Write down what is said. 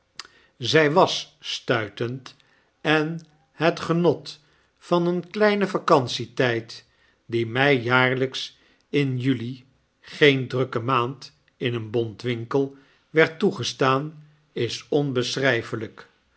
zy was stuitend en het genot van een kleinen vacantietijd die my jaarljjks in juli geen drukke maand in een bontwinkel werd toegestaan is onbeschryfelijk